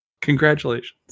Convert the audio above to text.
Congratulations